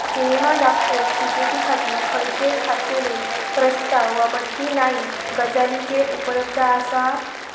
cinema दाखोवप टिकेटीखातीर खंयचेय खाशेले प्रस्ताव वा बट्टी नाईक गजालीचेर उपलब्ध आसात